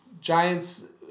Giants